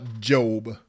Job